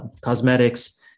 cosmetics